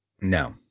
No